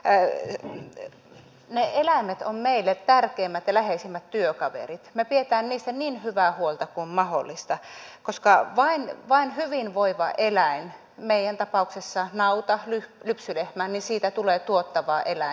koska ne eläimet ovat meille tärkeimmät ja läheisimmät työkaverit me pidämme niistä niin hyvää huolta kuin mahdollista koska vain hyvinvoivasta eläimestä meidän tapauksessamme naudasta lypsylehmästä tulee tuottava eläin